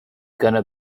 gonna